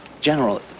General